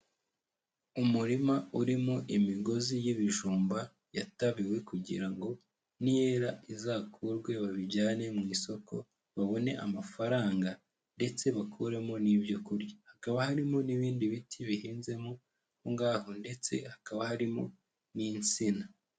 Umurima urimo imigozi y'ibijumba yatabiwe kugira ngo niyera izakurwe babijyane mu isoko babone amafaranga, ndetse bakuremo n'ibyo kurya, hakaba harimo n'ibindi biti bihenzemo aho ngaho ndetse hakaba harimo n'insina.